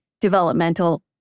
developmental